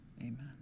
amen